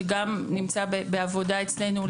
שגם נמצא בעבודה אצלנו,